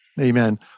Amen